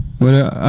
were